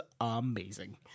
amazing